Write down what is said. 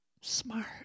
Smart